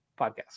Podcast